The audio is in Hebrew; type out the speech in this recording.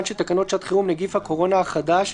של תקנות שעת חירום (נגיף הקורונה החדש,